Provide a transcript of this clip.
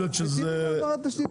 התירו העברת תשתית תת-קרקעית.